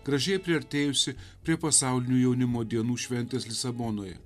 gražiai priartėjusi prie pasaulinių jaunimo dienų šventės lisabonoje